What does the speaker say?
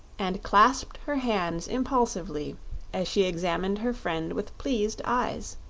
and clasped her hands impulsively as she examined her friend with pleased eyes.